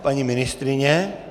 Paní ministryně?